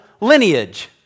lineage